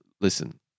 Listen